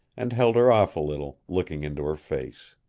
and held her off a little, looking into her face.